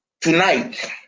tonight